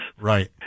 Right